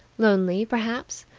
lonely, perhaps,